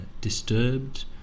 disturbed